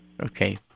Okay